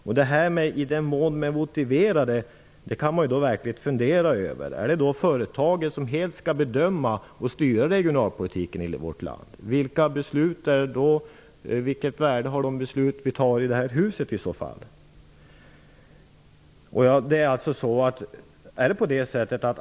Man kan verkligen fundera över formuleringen ''i den mån man anser att regionalpolitiska åtgärder är motiverade''. Är det företaget ensamt som skall bedöma det? Skall företagen styra regionalpolitiken i vårt land? Vilket värde har i så fall de beslut som vi fattar här i huset?